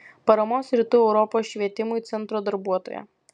paramos rytų europos švietimui centro darbuotoja